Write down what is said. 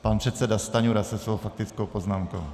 Pan předseda Stanjura se svou faktickou poznámkou.